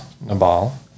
nabal